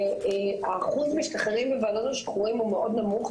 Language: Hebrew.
שאחוז המשתחררים בוועדות שחרורים הוא מאוד נמוך,